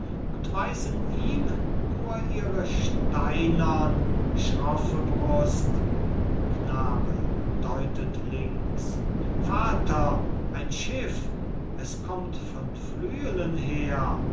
und weisen ihm nur ihre steinern schroffe brust knabe deutet links vater ein schiff es kommt von flüelen her